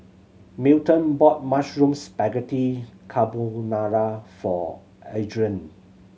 Milton bought Mushroom Spaghetti Carbonara for Adriene